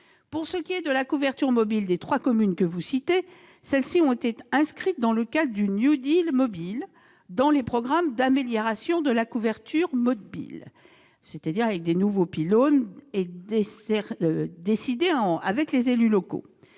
Pour ce qui est de la couverture mobile des trois communes que vous citez, celles-ci ont été inscrites, dans le cadre du « new deal mobile », dans les programmes d'amélioration de la couverture mobile, qui prévoient notamment l'installation de nouveaux pylônes, décidés avec les élus locaux.